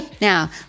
Now